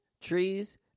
trees